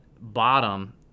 bottom